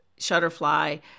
Shutterfly